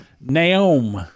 Naomi